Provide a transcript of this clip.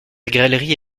galerie